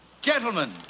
Gentlemen